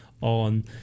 on